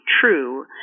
true